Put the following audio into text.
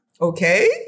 Okay